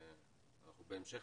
בהמשך